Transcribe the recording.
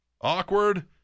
Awkward